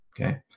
Okay